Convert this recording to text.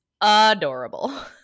adorable